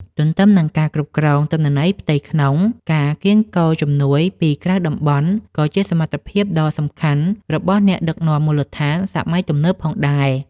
ទន្ទឹមនឹងការគ្រប់គ្រងទិន្នន័យផ្ទៃក្នុង ការកៀងគរជំនួយពីក្រៅតំបន់ ក៏ជាសមត្ថភាពដ៏សំខាន់របស់អ្នកដឹកនាំមូលដ្ឋានសម័យទំនើបផងដែរ។